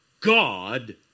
God